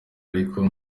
ariko